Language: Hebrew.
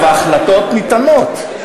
עכשיו, ההחלטות ניתנות.